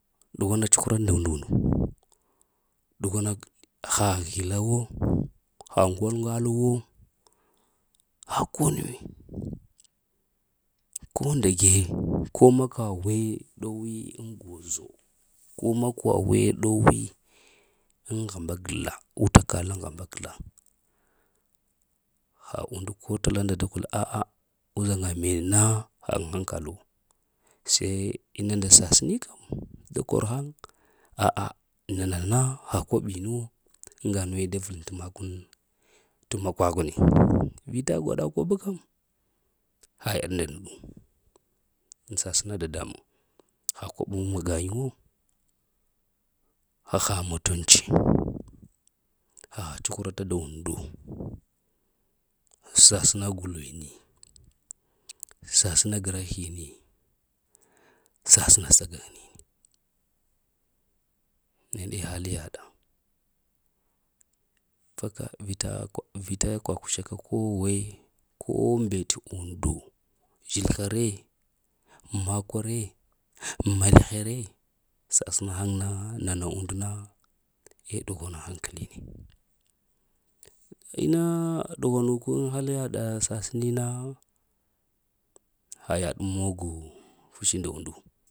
Dughwana cuhura nda undu, ɗughwan, ha hila wo, ha ŋaŋala wo, ha ko nuwi, ko ndage ko makwe we dowi yo gozo. Ko makwar we dori niwambakzla utaka laŋ hambakzla. Ha una ko lala unda t ku aa uzhana menna ha g hankal da bab sasini kam da kar haya da nama na ha kobina ma na nuna daval t makwa t makwa gwada hobe pam kəm ha yat mdaneɗu sasina dadamu ha he an mahga yin wa haha mutunca haha cuhrata nɗa undu. Sasəna gulini, sasena grahini sasena sagaŋini, neɗe haliyaɗa. Faka, vita vita kwakusha ko we ko mbete undu. Zhilha re makwa re malha re, sasəna haŋ na nana undu na eh ɗuhwana hankalini. Ina ɗuhwanu ku ŋ haliya ɗa saseni na ha yada mogo fushi nda undu